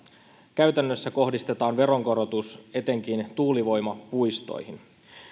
käytännössä kohdistetaan veronkorotus etenkin tuulivoimapuistoihin